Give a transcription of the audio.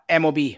MOB